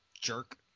jerk